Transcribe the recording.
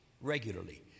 regularly